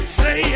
say